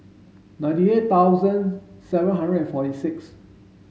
ninety eight thousand seven hundred and forty six